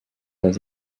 has